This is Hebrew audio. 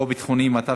הצעת החוק עברה